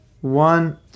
One